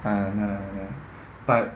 !hanna! but